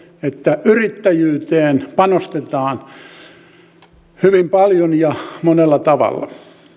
että yrittäjyyteen panostetaan hyvin paljon ja monella tavalla